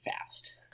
fast